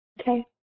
Okay